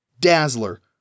Dazzler